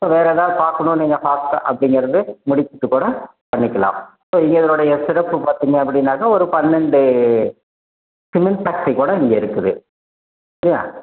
so வேறு ஏதாவது பார்க்கணும் நீங்கள் ஃபாஸ்டாக அப்படீங்குறது முடிச்சுட்டு கூட பண்ணிக்கலாம் ஸோ இதனுடைய சிறப்பு பார்த்தீங்க அப்படினாக்க ஒரு பன்னெண்டு சிமெண்ட் ஃபாக்டரி கூட இங்கே இருக்குது ஓகேயா